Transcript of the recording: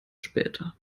später